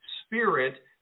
Spirit